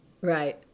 right